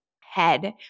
head